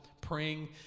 praying